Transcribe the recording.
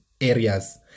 areas